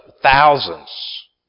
thousands